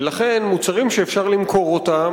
ולכן מוצרים שאפשר למכור אותם,